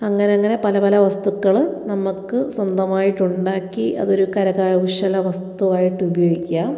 അങ്ങനെ അങ്ങനെ പല പല വസ്തുക്കൾ നമുക്ക് സ്വന്തമായിട്ട് ഉണ്ടാക്കി അത് ഒരു കരകൗശല വസ്തുവായിട്ട് ഉപയോഗിക്കാം